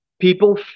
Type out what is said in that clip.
People